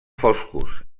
foscos